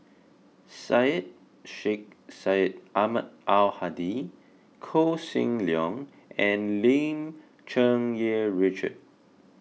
Syed Sheikh Syed Ahmad Al Hadi Koh Seng Leong and Lim Cherng Yih Richard